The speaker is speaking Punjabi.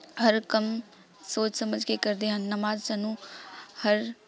ਹਰ ਕੰਮ ਸੋਚ ਸਮਝ ਕੇ ਕਰਦੇ ਹਨ ਨਮਾਜ਼ ਸਾਨੂੰ ਹਰ